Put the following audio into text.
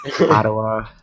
ottawa